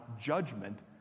judgment